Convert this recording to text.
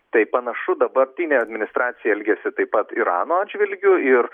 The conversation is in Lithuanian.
tai panašu dabartinė administracija elgiasi taip pat irano atžvilgiu ir